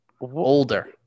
Older